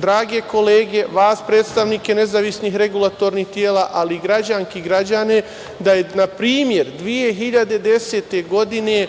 drage kolege, vas predstavnike nezavisnih regulatornih tela, ali i građanke i građane, da je, na primer 2010. godine,